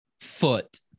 foot